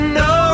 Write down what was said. no